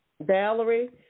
Valerie